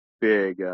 big